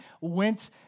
went